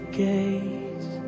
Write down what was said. gaze